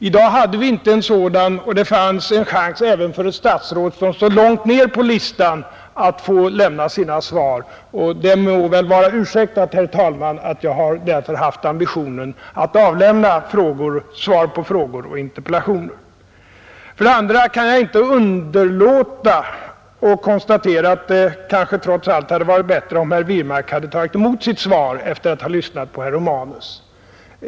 I dag föreligger inga ärenden till avgörande, och det fanns en chans även för ett statsråd som står långt ned på listan att få lämna sina svar. Det må väl därför vara ursäktat, herr talman, att jag har haft ambitionen att avlämna svar på olika frågor och interpellationer. Vidare kan jag inte underlåta att konstatera, efter att ha lyssnat på herr Romanus, att det kanske trots allt hade varit bättre om herr Wirmark hade tagit emot sitt svar.